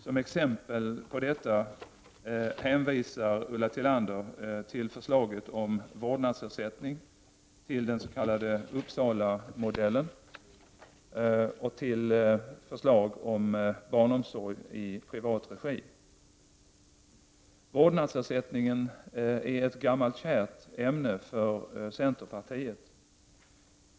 Som exempel härpå hänvisar Ulla Tillander till förslaget om vårdnadsersättning, till den s.k. Uppsalamodellen och till förslag om barnomsorg i privat regi. Vårdnadsersättningen är ett gammalt kärt ämne för centerpartiet.